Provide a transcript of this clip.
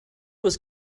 was